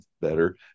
better